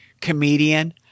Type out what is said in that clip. comedian